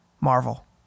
Marvel